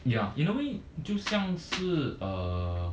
ya normally 就像是 uh